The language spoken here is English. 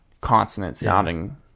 consonant-sounding